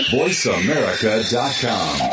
voiceamerica.com